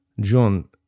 John